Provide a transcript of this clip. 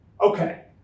Okay